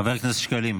חבר הכנסת שקלים,